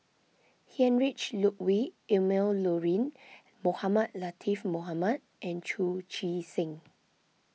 Heinrich Ludwig Emil Luering Mohamed Latiff Mohamed and Chu Chee Seng